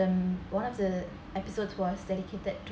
um one of the episodes was dedicated to